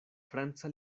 franca